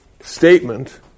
statement